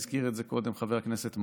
הזכיר את זה קודם חבר הכנסת מעוז,